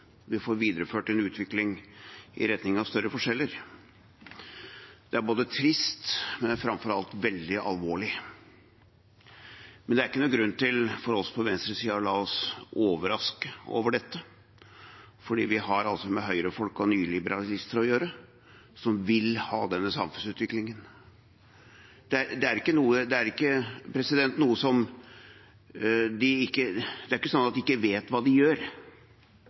vi får videreført en utvikling i retning av større forskjeller. Det er trist, men framfor alt veldig alvorlig. Men det er ikke noen grunn for oss på venstresiden til å la oss overraske over dette. Vi har med høyrefolk og nyliberalister å gjøre, som vil ha denne samfunnsutviklingen. Det er ikke slik at de ikke vet hva de gjør.